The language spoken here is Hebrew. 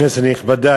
כנסת נכבדה,